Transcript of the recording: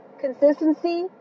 consistency